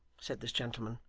said this gentleman,